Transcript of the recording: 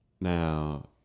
Now